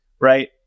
right